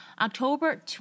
October